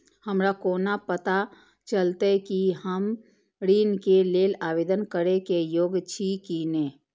हमरा कोना पताा चलते कि हम ऋण के लेल आवेदन करे के योग्य छी की ने?